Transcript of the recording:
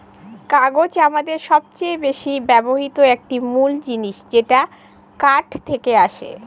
কাগজ আমাদের সবচেয়ে বেশি ব্যবহৃত একটি মূল জিনিস যেটা কাঠ থেকে আসে